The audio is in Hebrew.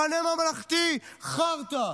מחנה ממלכתי, חארטה.